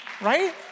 Right